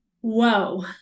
whoa